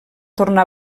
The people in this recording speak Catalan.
tornar